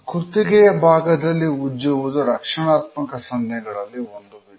ಕುತ್ತಿಗೆಯ ಭಾಗದಲ್ಲಿ ಉಜ್ಜುವುದು ರಕ್ಷಣಾತ್ಮಕ ಸನ್ನೆಗಳಲ್ಲಿ ಒಂದು ವಿಧ